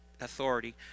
authority